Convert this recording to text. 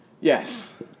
Yes